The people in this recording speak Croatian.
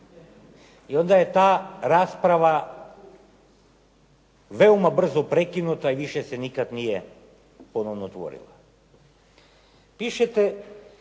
I onda je ta rasprava veoma brzo prekinuta i više se nikada nije ponovno otvorila.